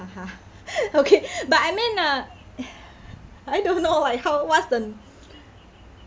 okay but I mean uh I don't know like how what's the